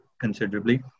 considerably